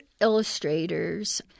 illustrators